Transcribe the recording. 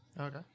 Okay